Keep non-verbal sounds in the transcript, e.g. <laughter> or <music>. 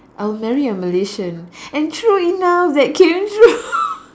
I will marry a Malaysian and true enough that came true <laughs>